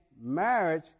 marriage